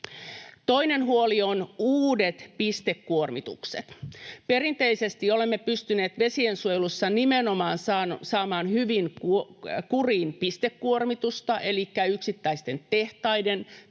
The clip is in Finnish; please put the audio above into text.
Toinen huoli on uudet pistekuormitukset. Perinteisesti olemme pystyneet vesiensuojelussa nimenomaan saamaan hyvin kuriin pistekuormitusta elikkä yksittäisten tehtaiden tai vaikka